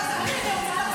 לא שמתי לב,